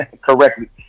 correctly